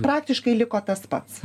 praktiškai liko tas pats